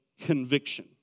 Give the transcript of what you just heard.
conviction